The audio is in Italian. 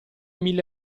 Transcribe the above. mille